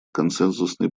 консенсусный